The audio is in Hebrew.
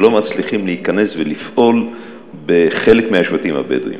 שלא מצליחים להיכנס ולפעול בחלק מהשבטים הבדואיים.